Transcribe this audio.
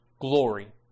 glory